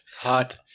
Hot